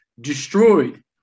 destroyed